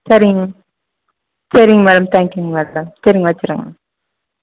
சரிங்க சரிங்க மேடம் தேங்க்யூங்க மேடம் சரிங்க வச்சிரங்க